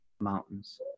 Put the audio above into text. mountains